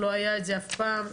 לא היה את זה אף פעם.